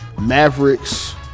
Mavericks